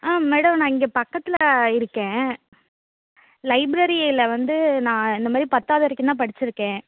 ஆ madam நான் இங்கே பக்கத்தில் இருக்கேன் லைப்ரரியில் வந்து நான் இந்த மாதிரி பத்தாவது வரைக்கும்தான் படித்திருக்கேன்